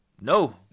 No